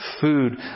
Food